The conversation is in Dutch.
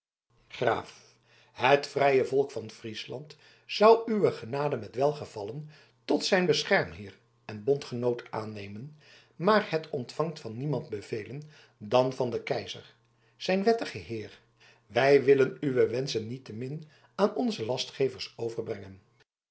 graaf het vrije volk van friesland zou uwe genade met welgevallen tot zijn beschermheer en bondgenoot aannemen maar het ontvangt van niemand bevelen dan van den keizer zijn wettigen heer wij willen uwe wenschen niettemin aan onze lastgevers overbrengen